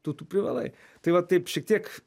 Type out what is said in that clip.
tu tu privalai tai va taip šiek tiek